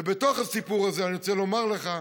בתוך הסיפור הזה אני רוצה לומר לך,